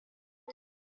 cye